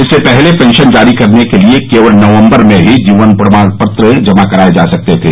इससे पहले पेंशन जारी रखने के लिए केवल नवंबर में ही जीवन प्रमाण पत्र जमा कराए जा सकते थे